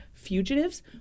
Fugitives